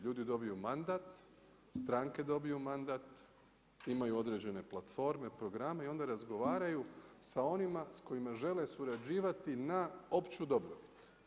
Ljudi dobiju mandat, stranke dobiju mandat, imaju određene platforme, programe i onda razgovaraju sa onima s kojima žele surađivati na opću dobrobit.